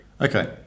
Okay